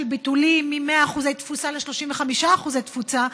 ביטולים מ-100% תפוסה ל-35% אחוזי תפוסה,